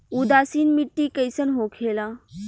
उदासीन मिट्टी कईसन होखेला?